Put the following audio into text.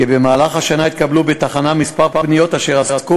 שבמהלך השנה התקבלו בתחנה כמה פניות אשר עסקו